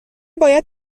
باید